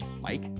Mike